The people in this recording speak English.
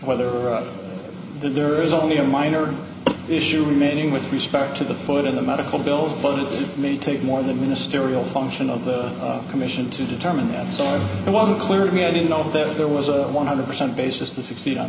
whether there is only a minor issue remaining with respect to the foot in the medical bill but it may take more than a ministerial function of the commission to determine that so it wasn't clear to me i didn't know that there was a one hundred percent basis to succeed on